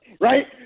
right